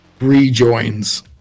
Rejoins